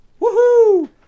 Woohoo